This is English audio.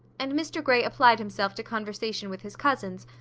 and mr grey applied himself to conversation with his cousins,